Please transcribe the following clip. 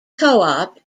coop